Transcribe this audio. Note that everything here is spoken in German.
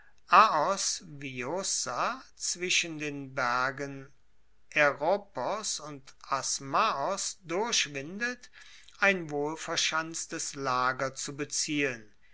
zwischen den bergen aeropos und asmaos durchwindet ein wohlverschanztes lager zu beziehen